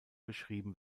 beschrieben